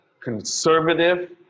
conservative